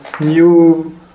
new